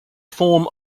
form